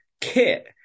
kit